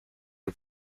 her